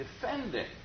defending